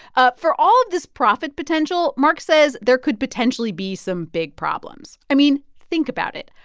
ah for all of this profit potential, mark says there could potentially be some big problems. i mean, think about it.